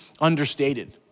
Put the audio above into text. understated